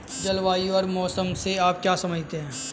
जलवायु और मौसम से आप क्या समझते हैं?